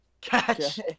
catch